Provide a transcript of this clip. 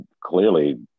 clearly